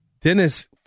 Dennis